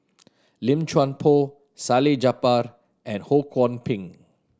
Lim Chuan Poh Salleh Japar and Ho Kwon Ping